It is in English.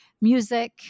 music